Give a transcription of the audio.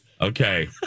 Okay